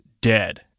DEAD